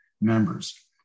members